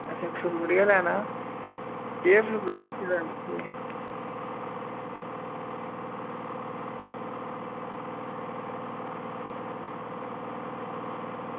असें फ्रूट ई लैना केह् फ्रूट रक्खे दा तुसें